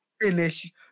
finish